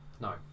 No